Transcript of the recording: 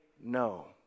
no